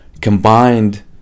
combined